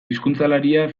hizkuntzalaria